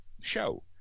show